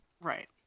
right